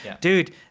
Dude